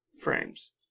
frames